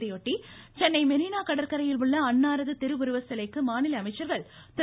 இதையொட்டி சென்னை மெரீனா கடற்கரையில் உள்ள அன்னாரது திருவுருவசிலைக்கு மாநில அமைச்சர்கள் திரு